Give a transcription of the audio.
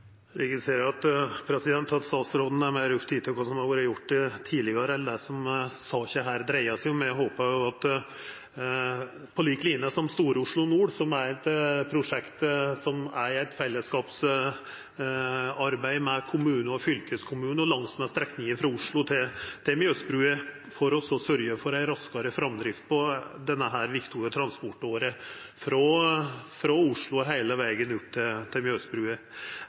at statsråden er meir oppteken av kva som har vore gjort tidlegare enn det som saka her dreier seg om, på lik line som Stor-Oslo Nord, som er eit prosjekt som er eit fellesskapsarbeid med kommune og fylkeskommune, langsmed strekninga frå Oslo til Mjøsbrua for å få sørgt for ei raskare framdrift på denne viktige transportåra, frå Oslo og heile vegen opp til